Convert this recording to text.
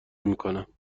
میکنم